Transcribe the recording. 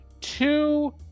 two